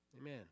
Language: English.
Amen